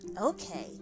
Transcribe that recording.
Okay